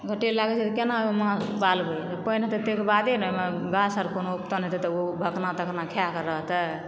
घाटे लागै छै तऽ केना ओहिमे माछ पालबै जे पानि हेतै तै के बादे ने ओहिमे घास आर कोनो उबतन होतै तब ने ओ घकना ताकना खायकऽ रहतै